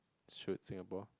should Singapore